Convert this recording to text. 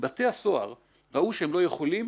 בתי הסוהר ראו שהם לא יכולים